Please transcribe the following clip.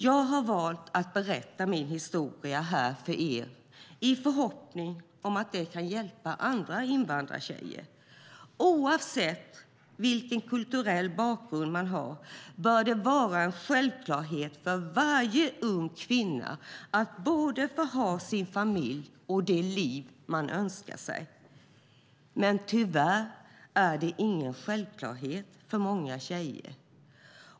"Jag har valt att berätta min historia här för er i förhoppning om att det kan hjälpa andra invandrartjejer. Oavsett vilken kulturell bakgrund man har bör det vara en självklarhet för varje ung kvinna att både få ha sin familj och det liv man önskar sig. Men tyvärr är det ingen självklarhet för många tjejer.